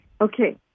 Okay